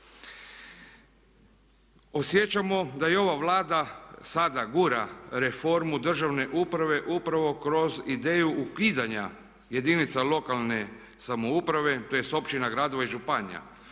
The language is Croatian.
Osjećamo da i ova Vlada sada gura reformu državne uprave upravo kroz ideju ukidanja jedinica lokalne samouprave, tj. općina, gradova i županija.